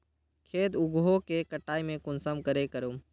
खेत उगोहो के कटाई में कुंसम करे करूम?